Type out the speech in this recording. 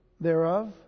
thereof